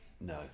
No